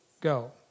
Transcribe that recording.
go